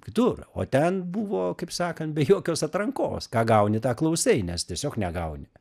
kitur o ten buvo kaip sakant be jokios atrankos ką gauni tą klausai nes tiesiog negauni